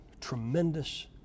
tremendous